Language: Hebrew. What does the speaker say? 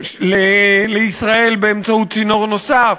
לישראל באמצעות צינור נוסף,